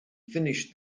finished